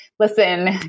listen